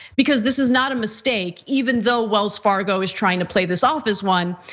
because this is not a mistake even though wells fargo is trying to play this off is one.